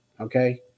okay